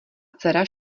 dcera